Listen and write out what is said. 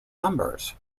numbers